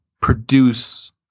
produce